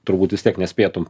turbūt vis tiek nespėtum